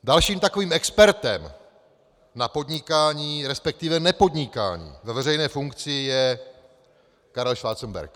Dalším takovým expertem na podnikání, respektive nepodnikání ve veřejné funkci, je Karel Schwarzenberg.